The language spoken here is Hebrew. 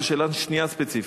ושאלה שנייה ספציפית,